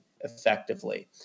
effectively